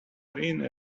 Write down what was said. irene